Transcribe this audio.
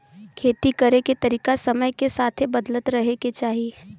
खेती करे के तरीका समय के साथे बदलत रहे के चाही